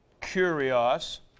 curios